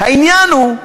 העניין הוא: